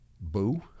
Boo